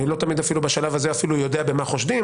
אני בשלב הזה אפילו לא תמיד יודע במה חושדים,